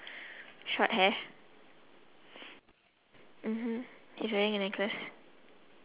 ya on top and below right